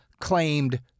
claimed